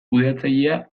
kudeatzailea